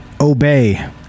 Obey